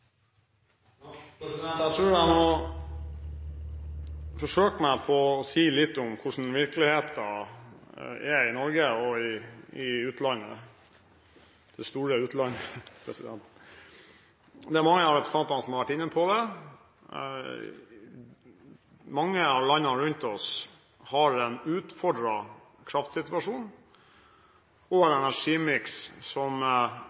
Jeg tror jeg må forsøke meg på å si litt om hvordan virkeligheten er i Norge og i utlandet – det store utlandet. Det er mange av representantene som har vært inne på det. Mange av landene rundt oss har en utfordret kraftsituasjon og en energimiks som